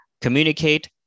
communicate